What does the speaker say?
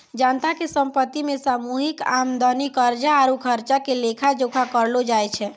जनता के संपत्ति मे सामूहिक आमदनी, कर्जा आरु खर्चा के लेखा जोखा करलो जाय छै